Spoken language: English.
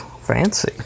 fancy